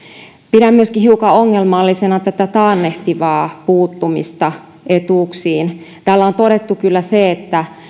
pidän myöskin hiukan ongelmallisena tätä taannehtivaa puuttumista etuuksiin täällä on todettu kyllä se että